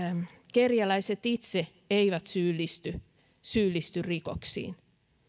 kerjäläiset itse eivät syyllisty syyllisty rikoksiin